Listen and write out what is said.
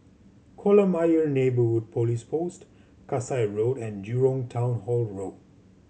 Kolam Ayer Neighbourhood Police Post Kasai Road and Jurong Town Hall Road